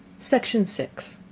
section six.